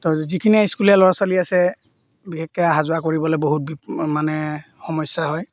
তাৰপিছত যিখিনিয়ে স্কুলীয়া ল'ৰা ছোৱালী আছে বিশেষকৈ আহিবলৈ বহুত বি মানে সমস্যা হয়